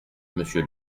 monsieur